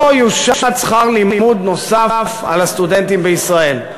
לא יושת שכר לימוד נוסף על הסטודנטים בישראל.